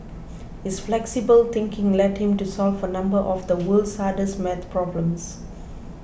his flexible thinking led him to solve a number of the world's hardest maths problems